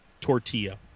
tortilla